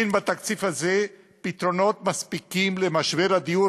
אין בתקציב הזה פתרונות מספיקים למשבר הדיור.